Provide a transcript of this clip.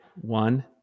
one